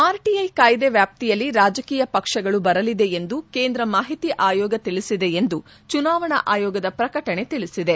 RTI ಕಾಯ್ದೆ ವ್ಯಾಪ್ತಿಯಲ್ಲಿ ರಾಜಕೀಯ ಪಕ್ಷಗಳು ಬರಲಿದೆ ಎಂದು ಕೇಂದ್ರ ಮಾಹಿತಿ ಆಯೋಗ ತಿಳಿಸಿದೆ ಎಂದು ಚುನಾವಣಾ ಆಯೋಗದ ಪ್ರಕಟಣೆ ತಿಳಿಸಿದೆ